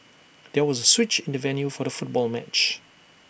there was A switch in the venue for the football match